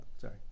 sorry